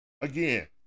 Again